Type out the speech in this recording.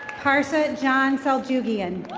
parsa and john suljuvian.